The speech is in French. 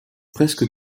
presque